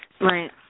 Right